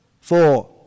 Four